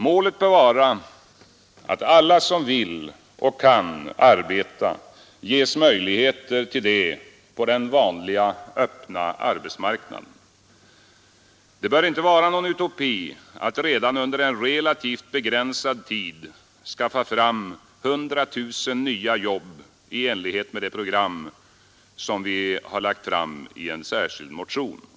Målet bör vara att alla som vill och kan arbeta ges möjligheter till det på den vanliga öppna arbetsmarknaden. Det bör inte vara någon utopi att redan inom en relativt begränsad tid skaffa fram 100 000 nya jobb i enlighet med det program som vi har lagt fram i en särskild motion.